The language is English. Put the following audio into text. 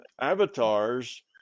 avatars